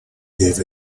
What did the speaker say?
gave